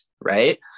right